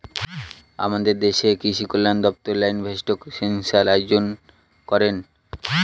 আমাদের দেশের কৃষিকল্যান দপ্তর লাইভস্টক সেনসাস আয়োজন করেন